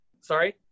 sorry